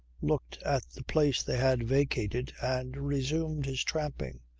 looked at the place they had vacated and resumed his tramping,